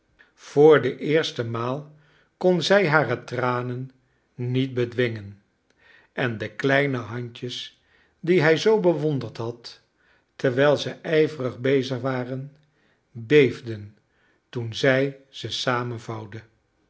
voor de eerste maal kon zij hare tranen niet bedwingen en de kleine handjes die hij zoo bewonderd had terwijl ze ijverig bezig waren beefden toen zij ze